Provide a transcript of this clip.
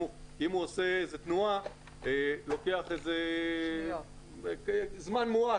אם הוא עושה איזו תנועה, לוקח זמן מועט.